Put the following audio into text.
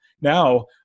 Now